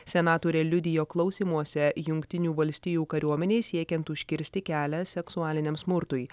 senatorė liudijo klausymuose jungtinių valstijų kariuomenei siekiant užkirsti kelią seksualiniam smurtui